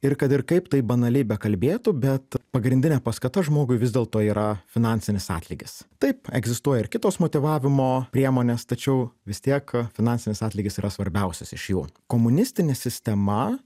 ir kad ir kaip tai banaliai bekalbėtų bet pagrindinė paskata žmogui vis dėlto yra finansinis atlygis taip egzistuoja ir kitos motyvavimo priemonės tačiau vis tiek finansinis atlygis yra svarbiausias iš jų komunistinė sistema